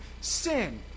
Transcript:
sin